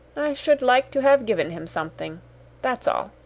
i should like to have given him something that's all.